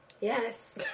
Yes